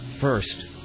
First